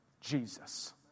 Jesus